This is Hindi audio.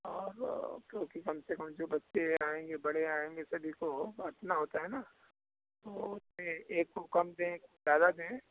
और क्योंकि कम से कम जो बच्चे आएंगे बड़े आएंगे सभी को बांटना होता है न एक को कम दें ज़्यादा दें